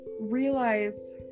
realize